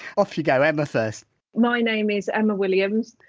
off you go, emma first my name is emma williams.